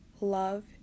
love